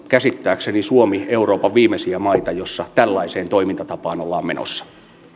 käsittääkseni suomi on euroopan viimeisiä maita jossa tällaiseen toimintatapaan ollaan menossa